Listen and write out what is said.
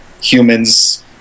humans